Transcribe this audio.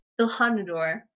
Ilhanador